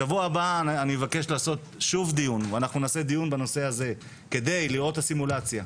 שבוע הבא אני אבקש לקיים שוב דיון בנושא הזה כדי לראות את הסימולציה.